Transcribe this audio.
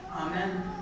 Amen